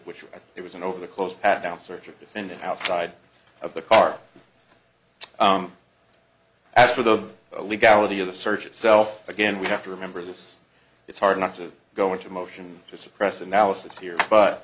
which it was and over the close pat down searches within and outside of the car as to the legality of the search itself again we have to remember this it's hard not to go into motion to suppress analysis here but